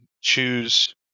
choose